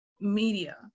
media